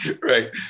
right